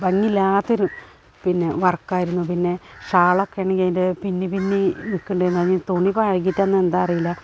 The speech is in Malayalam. ഭംഗിയില്ലാത്ത ഒരു പിന്നെ വര്ക്കായിരുന്നു പിന്നെ ഷാളൊക്കെയാണെങ്കിൽ അതിന്റെ പിന്നിപ്പിന്നി നിൽക്കുന്നുണ്ടായിരുന്നു അത് ഇനി തുണി പഴകിയിറ്റാണോന്ന് എന്താണെന്നറിയില്ല